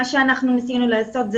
מה שאנחנו ניסינו לעשות,